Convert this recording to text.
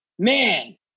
Man